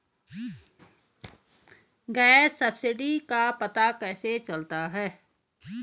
Gas subsidy का पता कैसे चलता है?